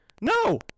No